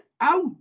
out